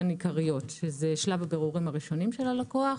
עיקריות: שלב הבירורים הראשונים של הלקוח,